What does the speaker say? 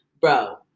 Bro